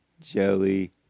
jelly